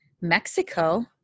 Mexico